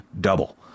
double